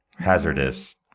Hazardous